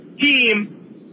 team